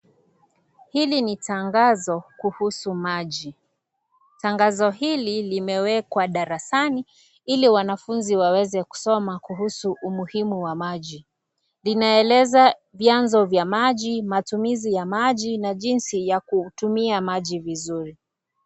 Hili ni tangazo kuhusu maji, tangazo hili limewekwa darasani ili wanafunzi waweze kusoma kuhusu umuhimu wa maji, linaeleza vianzo vya maji, matumizi ya maji na jinsi ya kutumia maji vizuri.